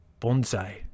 Bonsai